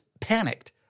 panicked